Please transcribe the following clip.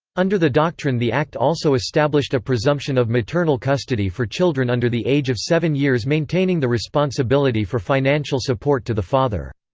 under the doctrine the act also established a presumption of maternal custody for children under the age of seven years maintaining the responsibility for financial support to the father.